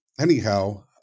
Anyhow